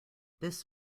this